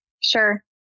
Sure